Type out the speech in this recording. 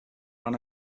ran